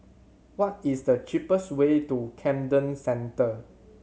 what is the cheapest way to Camden Centre